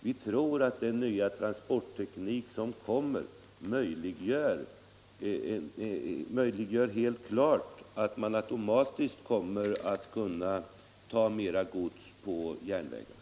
Vi tror att den nya, kommande transporttekniken innebär att man automatiskt kommer att ta mer gods på lärnvägarna.